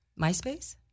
Myspace